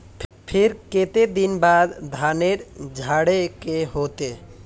फिर केते दिन बाद धानेर झाड़े के होते?